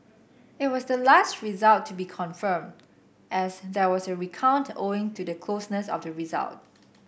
it was the last result to be confirmed as there was a recount owing to the closeness of the result